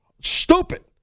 Stupid